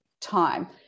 time